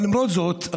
אבל למרות זאת,